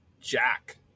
jack